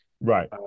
right